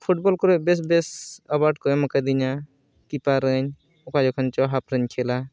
football ᱠᱚᱨᱮᱜ ᱵᱮᱥ ᱵᱮᱥ ᱮᱣᱟᱨᱰ ᱠᱚ ᱮᱢᱠᱟᱣᱫᱤᱧᱟᱹ ᱠᱤᱯᱟᱨᱟᱹᱧ ᱚᱠᱟ ᱡᱚᱠᱷᱚᱱ ᱪᱚᱝ ᱦᱟᱯᱷᱨᱮᱧ ᱠᱷᱮᱞᱟ